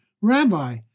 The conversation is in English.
Rabbi